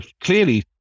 clearly